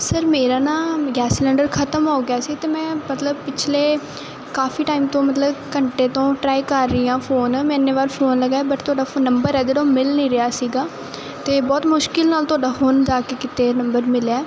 sir ਮੇਰਾ ਨਾ gas cylinder ਖਤਮ ਹੋ ਗਿਆ ਸੀ ਅਤੇ ਮੈਂ ਮਤਲਬ ਪਿਛਲੇ ਕਾਫੀ ਟਾਈਮ ਤੋਂ ਮਤਲਬ ਘੰਟੇ ਤੋਂ ਟਰਾਈ ਕਰ ਰਹੀ ਹਾਂ ਫੋਨ ਮੈਂ ਇੰਨੀ ਵਾਰ ਫੋਨ ਲਗਾਇਆ ਬਟ ਤੁਹਾਡਾ ਫੋ ਨੰਬਰ ਹੈ ਜਦੋਂ ਮਿਲ ਨਹੀਂ ਰਿਹਾ ਸੀਗਾ ਅਤੇ ਬਹੁਤ ਮੁਸ਼ਕਿਲ ਨਾਲ ਤੁਹਾਡਾ ਹੁਣ ਜਾ ਕੇ ਕਿਤੇ ਨੰਬਰ ਮਿਲਿਆ